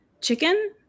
chicken